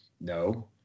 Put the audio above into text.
No